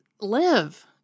live